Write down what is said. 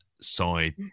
side